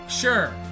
Sure